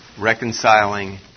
reconciling